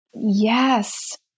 Yes